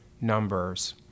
numbers